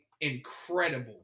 incredible